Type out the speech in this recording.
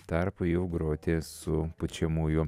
tarpui jau groti su pučiamųjų